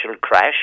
crash